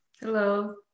Hello